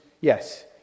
yes